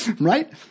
Right